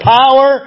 power